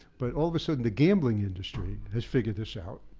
but all of a sudden the gambling industry has figured this out.